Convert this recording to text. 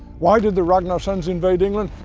why did the ragnarssons invade england?